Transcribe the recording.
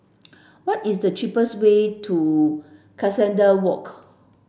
what is the cheapest way to Cuscaden Walk